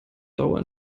dauer